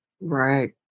Right